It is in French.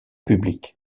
public